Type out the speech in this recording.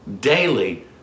daily